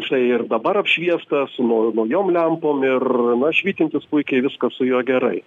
štai ir dabar apšviestas su nau naujom lempom ir na švytintis puikiai viskas su juo gerai